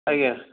ଆଜ୍ଞା